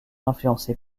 influencées